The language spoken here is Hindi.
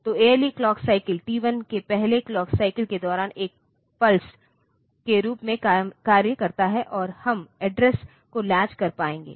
तो ALE क्लॉक साइकिल T 1 के पहले क्लॉक साइकिल के दौरान एक पल्स के रूप में कार्य करता है और हम एड्रेस को लैच कर पाएंगे